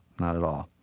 not at all.